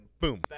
boom